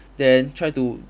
then try to